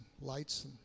lights